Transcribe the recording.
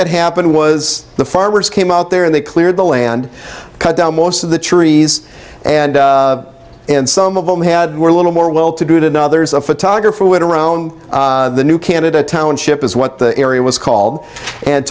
that happened was the farmers came out there and they cleared the land cut down most of the trees and and some of them had were little more well to do it and others a photographer would around the new canada township is what the area was called and